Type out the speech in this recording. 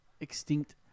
extinct